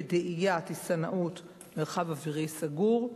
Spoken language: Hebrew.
בדאייה, טיסנאות, מרחב אווירי סגור.